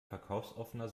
verkaufsoffener